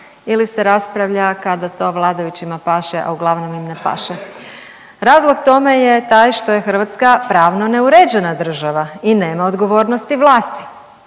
ili se raspravlja kada to vladajućima paše, a uglavnom im ne paše. Razlog tome je taj što je Hrvatska pravno neuređena država i nema odgovornosti vlasti.